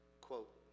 quote